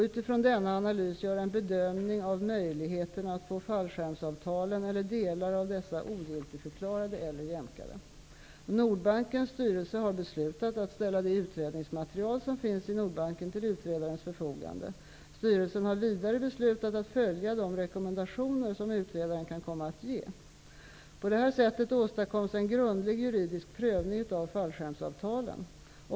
Utifrån denna analys skall utredaren sedan göra en bedömning av möjligheten att få fallskärmsavtalen eller delar av dessa ogiltigförklarade eller jämkade. Nordbankens styrelse har beslutat att ställa det utredningsmaterial som finns i Nordbanken till utredarens förfogande. Styrelsen har vidare beslutat att följa de rekommendationer som utredaren kan komma att ge. På detta sätt åstadkoms en grundlig juridisk prövning av fallskärmsavtalen.